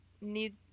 need